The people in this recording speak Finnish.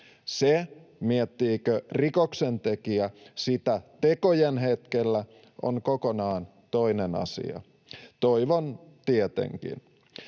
Se, miettiikö rikoksentekijä sitä tekojen hetkellä, on kokonaan toinen asia — toivon tietenkin.